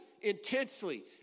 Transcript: intensely